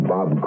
Bob